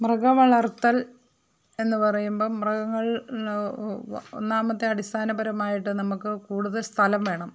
മൃഗവളർത്തൽ എന്ന് പറയുമ്പോള് മൃഗങ്ങൾ ഒന്നാമത്തെ അടിസ്ഥാനപരമായിട്ട് നമുക്ക് കൂടുതൽ സ്ഥലം വേണം